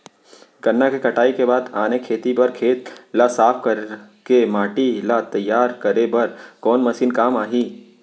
गन्ना के कटाई के बाद आने खेती बर खेत ला साफ कर के माटी ला तैयार करे बर कोन मशीन काम आही?